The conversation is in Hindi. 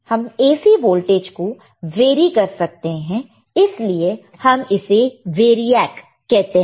हम AC वोल्टेज को वेरी कर सकते हैं इसलिए हम इसे वेरीएक कहते हैं